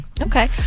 okay